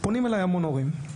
פונים אליי המון הורים.